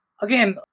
Again